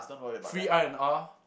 free R-and-R